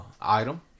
item